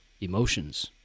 emotions